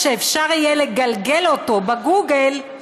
אפשר יהיה לגלגל אותו בגוגל,